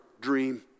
dream